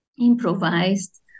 improvised